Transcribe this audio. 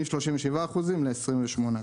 מ-37% ל-28%,